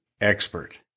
expert